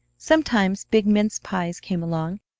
sometimes big mince pies came along,